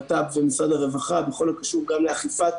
בט"פ ומשרד הרווחה בכל הקשור גם לאכיפת